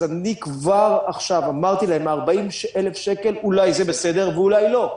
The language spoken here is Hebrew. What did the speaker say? אז אני כבר עכשיו אמרתי להם: ה-40,000 שקל אולי זה בסדר ואולי לא.